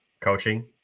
coaching